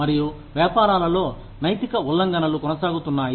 మరియు వ్యాపారాలలో నైతిక ఉల్లంఘనలు కొనసాగుతున్నాయి